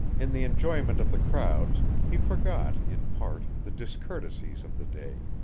in the enjoyment of the crowds he forgot, in part, the discourtesies of the day,